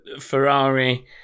Ferrari